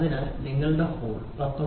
അതിനാൽ നിങ്ങളുടെ ഹോൾ 19